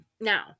Now